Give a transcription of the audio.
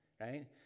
right